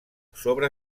sobre